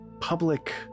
public